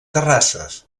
terrasses